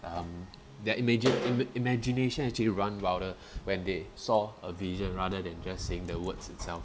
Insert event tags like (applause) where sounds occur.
um their imagine ima~ imagination actually run wilder (breath) when they saw a vision rather than just saying the words itself